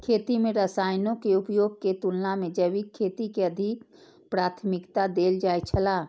खेती में रसायनों के उपयोग के तुलना में जैविक खेती के अधिक प्राथमिकता देल जाय छला